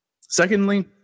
Secondly